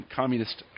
communist